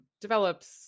develops